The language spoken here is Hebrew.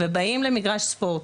באים למגרש ספורט,